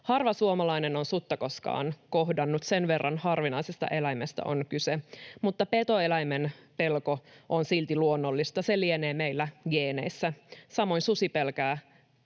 Harva suomalainen on sutta koskaan kohdannut, sen verran harvinaisesta eläimestä on kyse. Mutta petoeläimen pelko on silti luonnollista, se lienee meillä geeneissä. Samoin susi pelkää